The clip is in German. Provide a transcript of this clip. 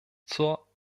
zur